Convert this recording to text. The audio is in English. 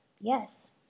yes